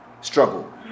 struggle